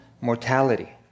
mortality